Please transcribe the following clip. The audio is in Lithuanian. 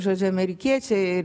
žodžiu amerikiečiai